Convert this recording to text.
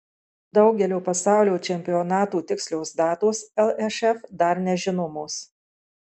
daugelio pasaulio čempionatų tikslios datos lšf dar nežinomos